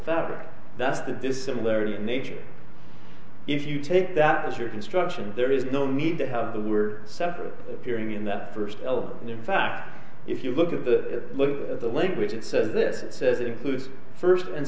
fabric that's that this similarity in nature if you take that as your instruction there is no need to have there were several appearing in that first l in fact if you look at the look at the language it says this it says it includes first and